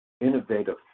innovative